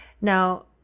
now